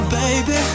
baby